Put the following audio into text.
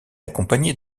accompagné